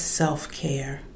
self-care